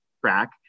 track